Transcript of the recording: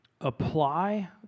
apply